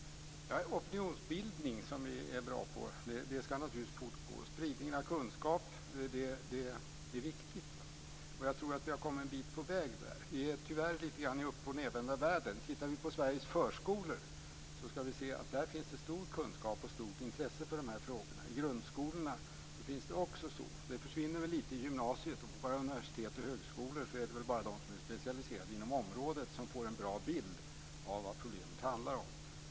Fru talman! Opinionsbildning, som vi är bra på, ska naturligtvis fortgå. Spridningen av kunskap är viktig, och jag tror att vi har kommit en bit på väg där. Tyvärr är det lite grann uppochnedvända världen. Tittar vi på Sveriges förskolor ser vi att där finns stor kunskap om och stort intresse för de här frågorna. I grundskolorna finns detta också. Det försvinner väl lite i gymnasiet, och på våra universitet och högskolor är det väl bara de som är specialiserade inom området som får en bra bild av vad problemet handlar om.